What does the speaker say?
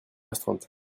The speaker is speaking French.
restreinte